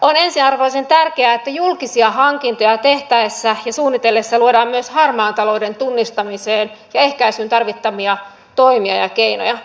on ensiarvoisen tärkeää että julkisia hankintoja tehtäessä ja suunnitellessa luodaan myös harmaan talouden tunnistamiseen ja ehkäisyyn tarvittavia toimia ja keinoja